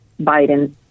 Biden